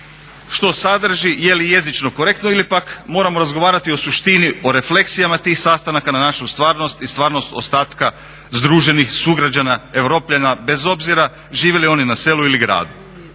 što sadrži, je li jezično korektno ili pak moramo razgovarati o suštini, o refleksijama tih sastanaka na našu stvarnost i stvarnost ostatka združenih sugrađana Europljana bez obzira živjeli li oni na selu ili gradu.